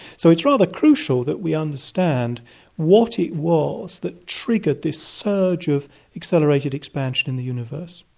so it's rather crucial that we understand what it was that triggered this surge of accelerated expansion in the universe.